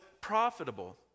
profitable